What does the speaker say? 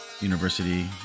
university